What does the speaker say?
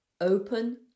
open